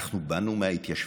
אנחנו באנו מההתיישבות.